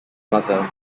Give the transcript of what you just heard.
mother